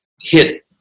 hit